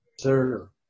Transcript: Sir